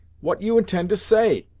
what you intend to say?